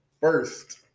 First